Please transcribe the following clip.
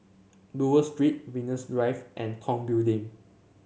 Buroh Street Venus Drive and Tong Building